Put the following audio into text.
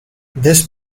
this